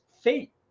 fate